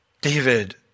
David